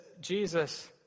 Jesus